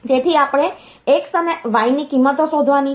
તેથી આપણે x અને y ની કિંમતો શોધવાની છે